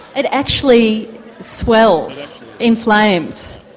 it actually swells, inflames.